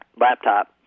laptop